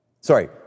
Sorry